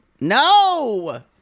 No